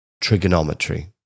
trigonometry